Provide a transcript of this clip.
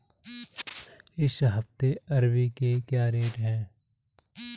इस हफ्ते अरबी के क्या रेट हैं?